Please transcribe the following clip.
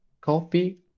Copy